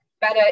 better